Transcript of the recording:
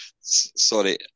sorry